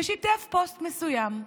ושיתף פוסט מסוים.